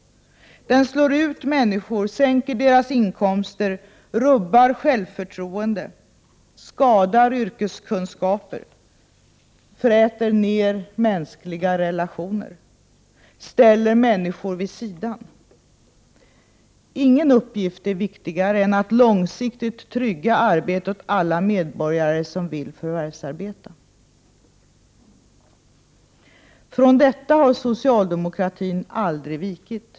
Den slår ut människor, sänker deras inkomster, rubbar självförtroende, skadar yrkeskunskaper, fräter ned mänskliga relationer, ställer människor vid sidan. Ingen uppgift är viktigare än att långsiktigt trygga arbete åt alla medborgare som vill förvärvsarbeta. Från detta har socialdemokratin aldrig vikit.